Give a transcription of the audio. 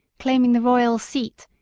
claiming the regal seat,